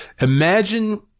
imagine